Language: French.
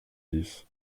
dix